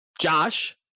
Josh